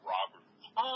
Robert